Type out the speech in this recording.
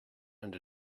and